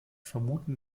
vermuten